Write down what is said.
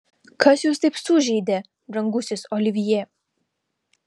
kas jūs taip sužeidė brangusis olivjė